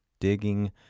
digging